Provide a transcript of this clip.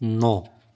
ন